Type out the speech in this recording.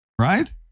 Right